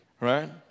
right